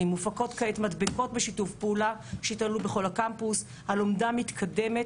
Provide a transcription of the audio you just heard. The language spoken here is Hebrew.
ומופקות כעת מדבקות בשיתוף פעולה שייתלו בכל הקמפוס; הלומדה מתקדמת,